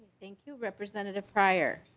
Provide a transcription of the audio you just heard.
thank you representative pryor.